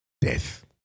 death